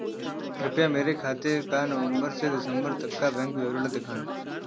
कृपया मेरे खाते का नवम्बर से दिसम्बर तक का बैंक विवरण दिखाएं?